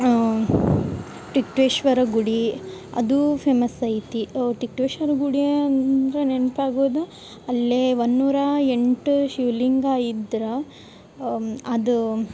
ಟಿಕ್ಟ್ವೇಶ್ವರ ಗುಡಿ ಅದು ಫೇಮಸ್ ಐತಿ ಟಿಕ್ಟ್ವೇಶ್ವರ ಗುಡಿ ಅಂದರೆ ನೆನ್ಪಾಗೋದೇ ಅಲ್ಲೇ ಒನ್ನೂರಾ ಎಂಟ ಶಿವ ಲಿಂಗ ಇದ್ರ ಅದು